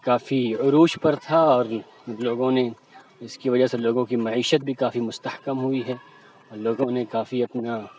کافی عروج پر تھا اور لوگوں نے اس کی وجہ سے لوگوں کی معیشت بھی کافی مستحکم ہوئی ہے اور لوگوں نے کافی اپنا